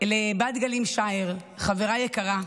לבת גלים שער, חברה יקרה,